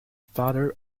father